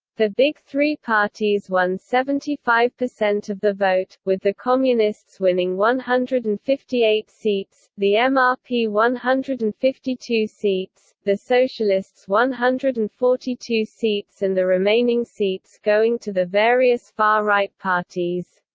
the big three parties won seventy five percent of the vote, with the communists winning one hundred and fifty eight seats, the mrp one hundred and fifty two seats, the socialists one hundred and forty two seats and the remaining seats going to the various far right parties.